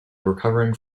recovering